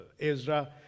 Ezra